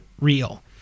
real